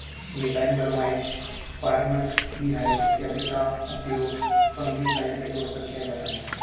methyl bromide, formaldehyde इत्यादि का उपयोग फंगिसाइड के तौर पर किया जाता है